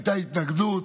הייתה התנגדות.